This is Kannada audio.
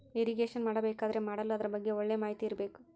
ಇರಿಗೇಷನ್ ಮಾಡಬೇಕಾದರೆ ಮಾಡಲು ಅದರ ಬಗ್ಗೆ ಒಳ್ಳೆ ಮಾಹಿತಿ ಇರ್ಬೇಕು